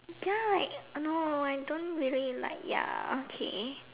ya I know I don't really like ya okay